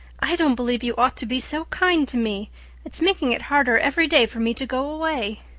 i don't believe you ought to be so kind to me it's making it harder every day for me to go away.